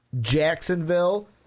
Jacksonville